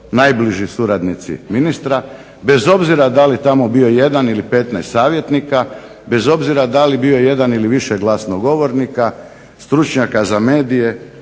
najbliži suradnici ministra bez obzira da li tamo bio 1 ili 15 savjetnika, bez obzira da li bio 1 ili više glasnogovornika, stručnjaka za medije